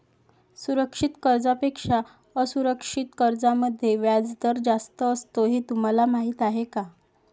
सुरक्षित कर्जांपेक्षा असुरक्षित कर्जांमध्ये व्याजदर जास्त असतो हे तुम्हाला माहीत आहे का?